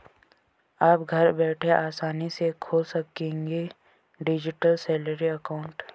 आप घर बैठे आसानी से खोल सकते हैं डिजिटल सैलरी अकाउंट